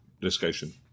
discussion